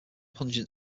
pungent